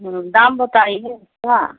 दाम बताइए इसका